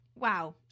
Wow